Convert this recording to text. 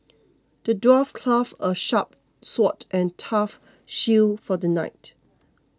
the dwarf crafted a sharp sword and a tough shield for the knight